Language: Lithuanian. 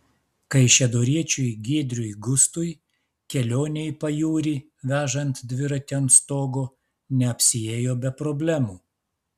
kaišiadoriečiui giedriui gustui kelionė į pajūrį vežant dviratį ant stogo neapsiėjo be problemų